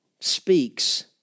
speaks